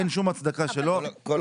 אין שום הצדקה שהוא לא יקבל.